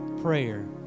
prayer